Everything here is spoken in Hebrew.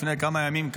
לפני כמה ימים,